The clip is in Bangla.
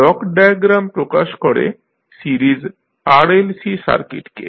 ব্লক ডায়াগ্রাম প্রকাশ করে সিরিজ RLC সার্কিটকে